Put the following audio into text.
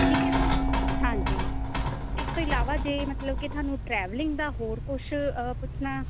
ਠੀਕ ਹੈ ਸਰ ਹਾਂਜੀ ਇਸ ਤੋਂ ਇਲਾਵਾ ਜੇ ਮਤਲਬ ਕਿ ਤੁਹਾਨੂੰ ਟਰੈਵਲਿੰਗ ਦਾ ਹੋਰ ਕੁਛ ਪੁੱਛਣਾ